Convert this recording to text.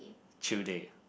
chill date